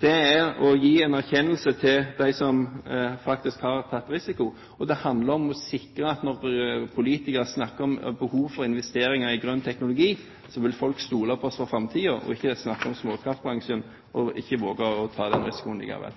Det er å gi en erkjennelse til dem som faktisk har tatt risiko, og det handler om å sikre at når politikere snakker om behov for investeringer i grønn teknologi, vil folk stole på oss i framtiden, og ikke når det er snakk om småkraftbransjen, ikke våger å ta den risikoen likevel.